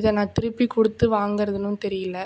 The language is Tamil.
இதை நான் திருப்பி கொடுத்து வாங்குறதுனும் தெரியல